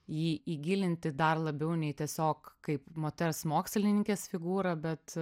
jį įgilinti dar labiau nei tiesiog kaip moters mokslininkės figūrą bet